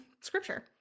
scripture